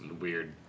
weird